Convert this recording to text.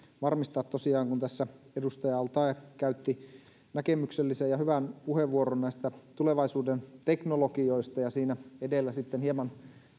varmistaa kun tässä edustaja al taee käytti näkemyksellisen ja hyvän puheenvuoron näistä tulevaisuuden teknologioista ja siinä edellä hieman